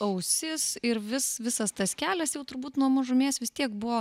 ausis ir vis visas tas kelias jau turbūt nuo mažumės vis tiek buvo